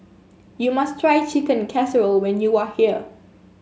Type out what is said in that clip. you must try Chicken Casserole when you are here